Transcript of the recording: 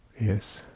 yes